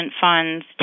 funds